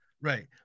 right